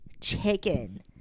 chicken